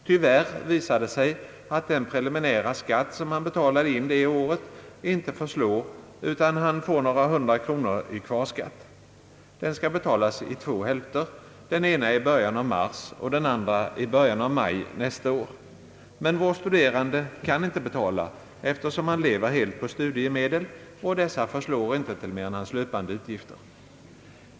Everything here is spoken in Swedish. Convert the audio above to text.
Tyvärr visar det sig att den preliminära skatt som han betalade in det året inte förslår utan att han får några hundra kronor i kvarskatt. Den skall betalas i två hälfter, den ena i början av mars och den andra i början av maj nästa år. Men vår studerande kan inte betala, eftersom han lever helt på studiemedel, vilka inte förslår till mer än hans löpande utgifter.